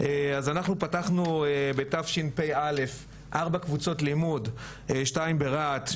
אז אנחנו פתחנו בתשפ"א ארבע קבוצות לימוד שתיים ברהט,